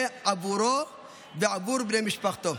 ועבור בני משפחתו.